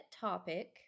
topic